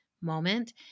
moment